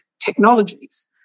technologies